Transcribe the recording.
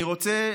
אני רוצה,